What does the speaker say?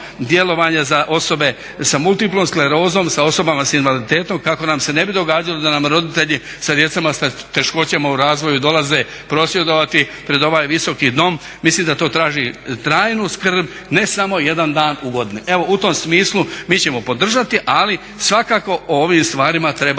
djelovanje za osobe s multiplom sklerozom, sa osobama s invaliditetom kako nam se ne bi događalo da nam roditelji sa djecom sa teškoćama u razvoju dolaze prosvjedovati pred ovaj Visoki dom. Mislim da to traži trajnu skrb, ne samo jedan dan u godini. Evo u tom smislu mi ćemo podržati ali svakako o ovim stvarima treba